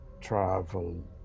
travel